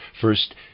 first